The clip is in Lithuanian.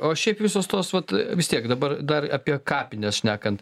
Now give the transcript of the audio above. o šiaip visos tos vat vis tiek dabar dar apie kapines šnekant